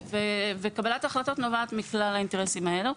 וקבלת ההחלטות נובעת מכלל האינטרסים האלה.